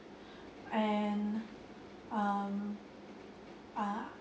and um ah